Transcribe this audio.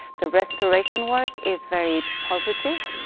the restoration work is very positive.